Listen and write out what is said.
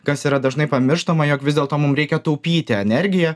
kas yra dažnai pamirštama jog vis dėlto mum reikia taupyti energiją